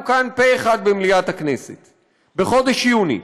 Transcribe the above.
כאן פה אחד במליאת הכנסת בחודש יוני.